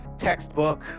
textbook